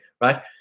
right